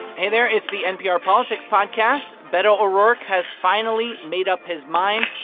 hey, there, it's the npr politics podcast. beto o'rourke has finally made up his mind.